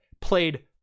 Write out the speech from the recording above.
played